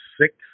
six